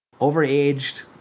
overaged